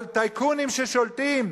על טייקונים ששולטים,